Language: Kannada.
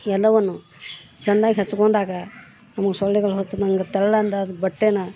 ಎಲ್ಲವನ್ನು ಚಂದಾಗಿ ಹಚ್ಕೊಂಡಾಗ ನಮಗೆ ಸೊಳ್ಳೆಗಳು ಹಚ್ದಂಗೆ ತೆಳ್ಳಂದದು ಬಟ್ಟೇನ